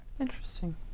interesting